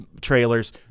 trailers